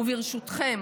וברשותכם,